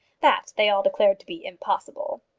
that they all declared to be impossible.